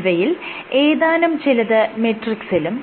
ഇവയിൽ ഏതാനും ചിലത് മെട്രിക്സിലും